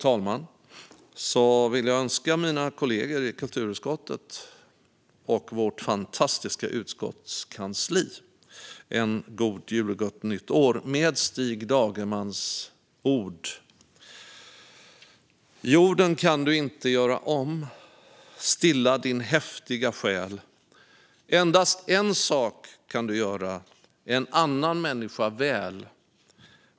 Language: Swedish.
Till sist vill jag önska mina kollegor i kulturutskottet och vårt fantastiska utskottskansli en god jul och ett gott nytt år med Stig Dagermans ord. Jorden kan du inte göra om. Stilla din häftiga själ! Endast en sak kan du göra:en annan människa väl.